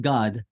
God